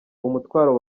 umutwaro